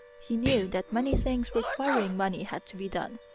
he knew that many things requiring money had to be done.